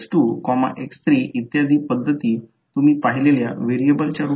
त्याचप्रमाणे या कॉइलमुळे करंट I वाहतो आहे आणि तेथे व्होल्टेज M didt तयार होते